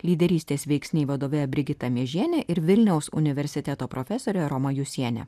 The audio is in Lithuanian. lyderystės veiksniai vadovė brigita miežienė ir vilniaus universiteto profesorė roma jusienė